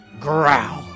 Growl